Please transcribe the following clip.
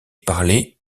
parlait